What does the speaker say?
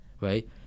right